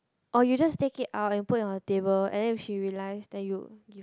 oh you just take it out and put on table and if she realize then you